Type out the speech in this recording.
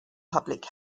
public